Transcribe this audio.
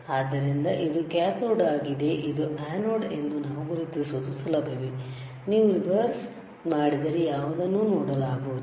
ಆದ್ದರಿಂದ ಇದು ಕ್ಯಾಥೋಡ್ ಆಗಿದೆ ಅನ್ನೋಡ್ ಎಂದು ನಾವು ಗುರುತಿಸುವುದು ಸುಲಭವೇ ನೀವು ರಿವರ್ಸ್ ಮಾಡಿದರೆ ಯಾವುದನ್ನೂ ನೋಡಲಾಗುವುದಿಲ್ಲ